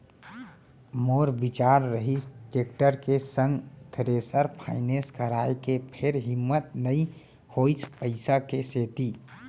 मोर बिचार रिहिस टेक्टर के संग थेरेसर फायनेंस कराय के फेर हिम्मत नइ होइस पइसा के सेती